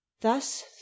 Thus